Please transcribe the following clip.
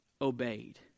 obeyed